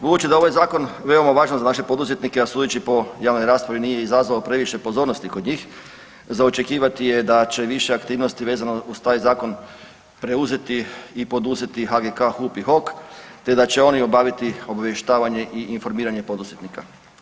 Budući da je ovaj Zakon veoma važan za naše poduzetnike, a sudeći po javnoj raspravi, nije izazvao previše pozornosti kod njih, za očekivati je da će više aktivnosti vezano uz taj Zakon preuzeti i poduzeti HGK, HUP i HOK te da će oni obaviti obavještavanje i informiranje poduzetnika.